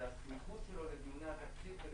היא הסמיכות שלו לדיוני התקציב כדי